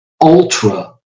ultra